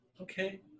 okay